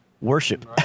worship